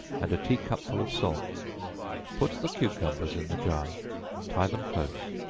and a tea-cupful of salt put the cucumbers in the jar tie them close.